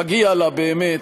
מגיע לה, באמת.